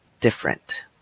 different